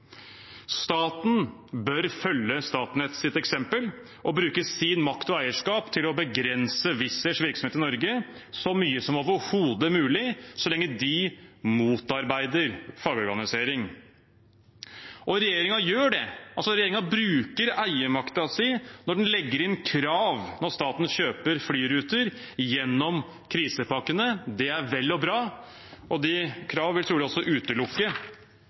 Staten bør følge Statnetts eksempel og bruke sin makt og sitt eierskap til å begrense Wizz Airs virksomhet i Norge så mye som overhodet mulig så lenge de motarbeider fagorganisering. Regjeringen gjør det, regjeringen bruker eiermakten sin når den legger inn krav når staten kjøper flyruter gjennom krisepakkene. Det er vel og bra, og det kravet vil trolig også utelukke